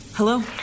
Hello